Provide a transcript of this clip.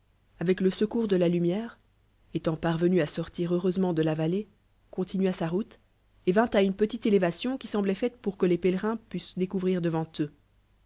avec le secours de la lumiére étant parvenu à sortir heureusement de la vallée continua sa route et vint à une petite élévation qui sembloit faite pour que les pélerins pussent découvrir devant eux